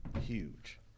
huge